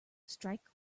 strike